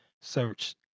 search